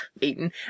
eaten